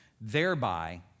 thereby